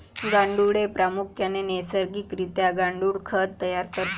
गांडुळे प्रामुख्याने नैसर्गिक रित्या गांडुळ खत तयार करतात